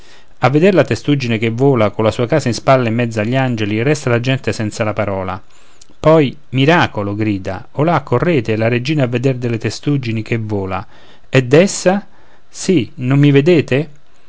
a veder la testuggine che vola colla sua casa in spalla in mezzo agli angeli resta la gente senza la parola poi miracolo grida olà correte la regina a veder delle testuggini che vola è dessa sì non mi vedete